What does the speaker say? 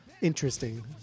interesting